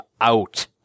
out